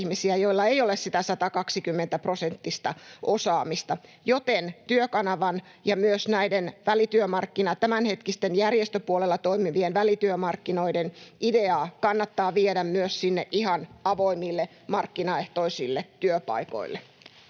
joilla ei ole sitä 120-prosenttista osaamista, joten Työkanavan ja myös näiden tämänhetkisten järjestöpuolella toimivien välityömarkkinoiden ideaa kannattaa viedä myös sinne ihan avoimille markkinaehtoisille työpaikoille.